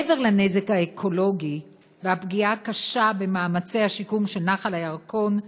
מעבר לנזק האקולוגי והפגיעה הקשה במאמצי השיקום של נחל הירקון,